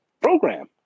program